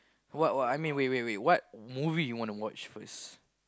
what what I mean wait wait wait what movie you want to watch first